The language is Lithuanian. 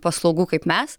paslaugų kaip mes